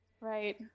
Right